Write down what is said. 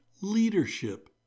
leadership